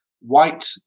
white